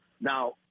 Now